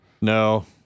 No